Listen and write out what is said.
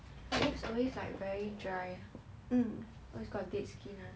always got dead skin [one]